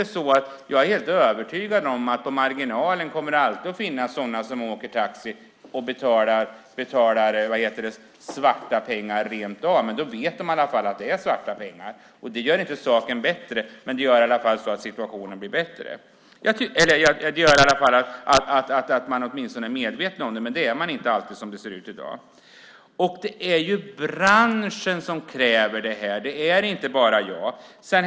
Jag är helt övertygad om att det alltid på marginalen kommer att finnas sådana som åker taxi och betalar svarta pengar rent av, men då vet de i alla fall att det är svarta pengar. Det gör inte saken bättre, men det gör i alla fall att man åtminstone är medveten om det. Det är man inte alltid som det ser ut i dag. Det är ju branschen som kräver det här. Det är inte bara jag.